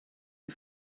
die